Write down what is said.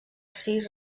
sis